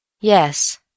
Yes